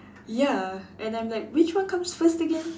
ya and I'm like which one comes first again